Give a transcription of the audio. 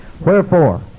wherefore